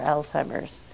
Alzheimer's